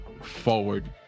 forward